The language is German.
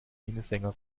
minnesänger